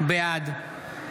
בעד